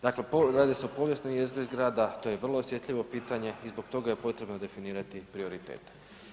Dakle, radi se o povijesnoj jezgri zgrada, to je vrlo osjetljivo pitanje i zbog toga je potrebno definirati prioritete.